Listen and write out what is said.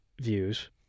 views